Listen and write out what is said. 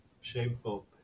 shameful